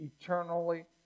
eternally